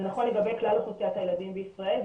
זה נכון לגבי כלל אוכלוסיית הילדים בישראל,